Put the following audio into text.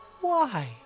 Why